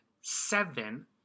seven